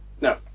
No